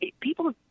people